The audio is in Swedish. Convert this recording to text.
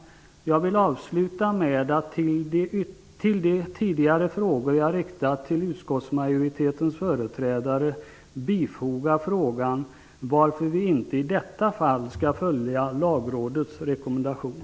Jag vill avsluta med att till de tidigare frågor jag riktat till utskottsmajoritetens företrädare bifoga frågan varför vi inte i detta fall skall följa Lagrådets rekommendation.